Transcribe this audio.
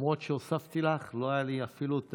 למרות שהוספתי לך לא היה לי אפילו את